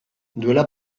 duela